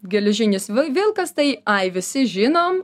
geležinis vilkas tai ai visi žinom